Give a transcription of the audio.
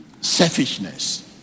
Selfishness